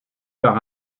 par